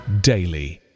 daily